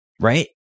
right